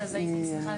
"הגנזך",